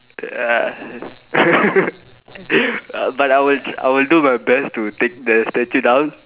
uh uh but I will I will do my best to take the statue down